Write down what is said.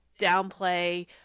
downplay